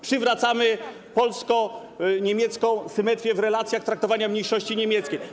Przywracamy polsko-niemiecką symetrię w relacjach, w sposobie traktowania mniejszości niemieckiej.